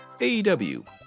AEW